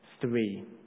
three